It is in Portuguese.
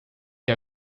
que